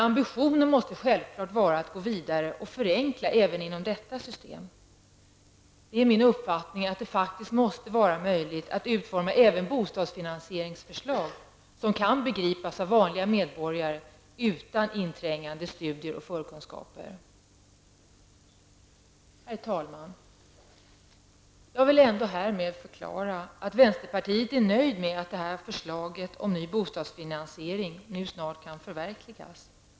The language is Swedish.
Ambitionen måste självklart vara att gå vidare och förenkla även inom detta system. Det är min uppfattning att det faktiskt måste vara möjligt att utforma även bostadsfinansieringsförslag som kan begripas av vanliga medborgare utan inträngande studier och förkunskaper. Herr talman! Jag vill ändå härmed förklara att vänsterpartiet är nöjt med att förslaget om ny bostadsfinansiering nu snart kan förverkligas.